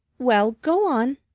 well, go on.